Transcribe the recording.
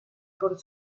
por